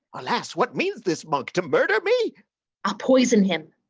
alas, what means this monk, to murder me ah poison him,